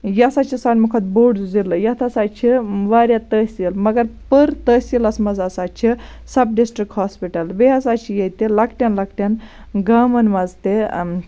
یہِ ہَسا چھُ سٲلمو کھۄتہٕ بوٚڑ ضلعہٕ یتھ ہَسا چھِ واریاہ تحصیٖل مگر پٔر تحصیٖلَس مَنٛز ہَسا چھِ سَب ڈِسٹرک ہاسپِٹَل بیٚیہِ ہَسا چھِ ییٚتہِ لَکٹٮ۪ن لَکٹٮ۪ن گامَن مَنٛز تہٕ